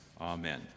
Amen